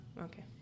okay